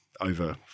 over